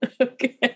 Okay